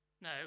No